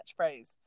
catchphrase